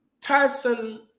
Tyson